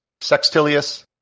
Sextilius